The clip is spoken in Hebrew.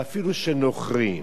ואפילו של נוכרים.